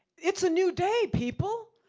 it's a new day people.